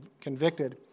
convicted